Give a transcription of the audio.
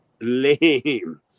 lame